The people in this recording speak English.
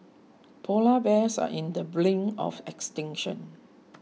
Polar Bears are in the brink of extinction